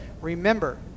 Remember